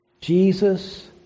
Jesus